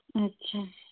अच्छा